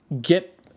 get